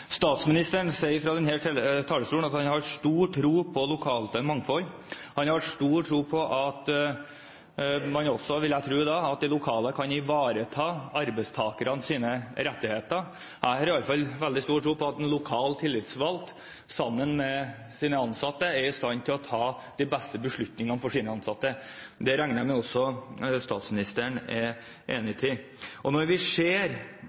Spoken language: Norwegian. Statsministeren sier fra denne talerstolen at han har stor tro på lokalt mangfold, han har stor tro på – vil jeg tro da – at de lokale kan ivareta arbeidstakernes rettigheter. Jeg har iallfall veldig stor tro på at en lokal tillitsvalgt, sammen med sine ansatte, er i stand til å ta de beste beslutningene for sine ansatte. Det regner jeg også med at statsministeren er enig i. Når vi ser